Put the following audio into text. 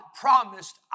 promised